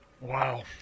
Wow